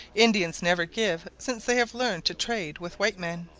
indians never give since they have learned to trade with white men.